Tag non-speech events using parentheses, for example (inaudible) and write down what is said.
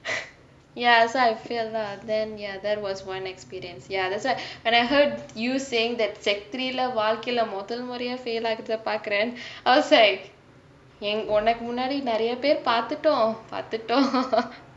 ya so I failed lah then ya that was one experience ya that's why and I heard you saying that secondary three லே வாழ்கைலே முதல் முறையா:lae vazhkailae muthal muraiyaa fail ஆகுரதே பாக்குரே:aagurathae paakurae I was like உனக்கு முன்னாடி நிறையா பேர் பாத்துட்டோ பாத்துட்டோ:unakku munnadi niraiyae per paathutto paathutto (laughs)